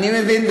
אני מבין,